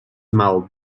mal